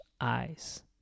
eyes